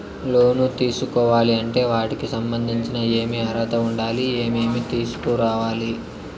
లోను తీసుకోవాలి అంటే వాటికి సంబంధించి ఏమి అర్హత ఉండాలి, ఏమేమి తీసుకురావాలి